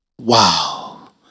Wow